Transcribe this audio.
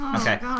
Okay